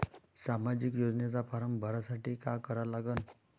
सामाजिक योजनेचा फारम भरासाठी का करा लागन?